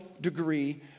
degree